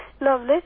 Lovely